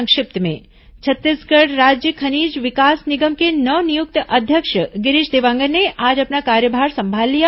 संक्षिप्त समाचार छत्तीसगढ़ राज्य खनिज विकास निगम के नव नियुक्त अध्यक्ष गिरीश देवांगन ने आज अपना कार्यभार संभाल लिया